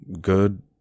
good